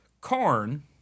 corn